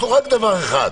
דבר אחד,